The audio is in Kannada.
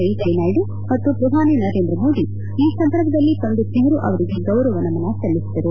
ವೆಂಕಯ್ನಾಯ್ದು ಮತ್ತು ಪ್ರಧಾನಿ ನರೇಂದ್ರ ಮೋದಿ ಈ ಸಂದರ್ಭದಲ್ಲಿ ಪಂಡಿತ್ ನೆಹರೂ ಅವರಿಗೆ ಗೌರವ ನಮನ ಸಲ್ಲಿಸಿದರು